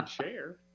chair